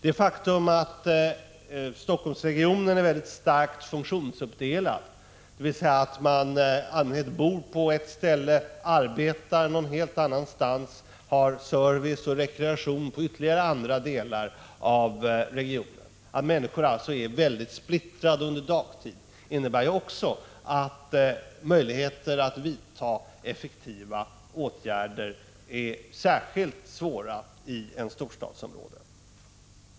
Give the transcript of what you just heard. Det faktum att Helsingforssregionen är starkt funktionsuppdelad, dvs. att man i allmänhet bor på ett ställe, arbetar någon helt annanstans och har service och rekreation i ytterligare andra delar av regionen så att människor är spridda under dagtid, innebär också att möjligheten att vidta effektiva åtgärder är särskilt liten i ett storstadsområde.